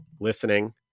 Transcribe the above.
listening